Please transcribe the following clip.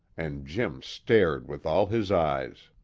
and jim stared with all his eyes.